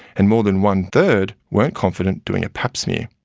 and more than one third weren't confident doing a pap smear.